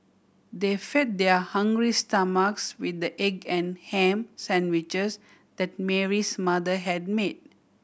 they fed their hungry stomachs with the egg and ham sandwiches that Mary's mother had made